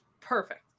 perfect